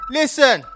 listen